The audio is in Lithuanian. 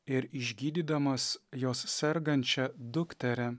ir išgydydamas jos sergančią dukterį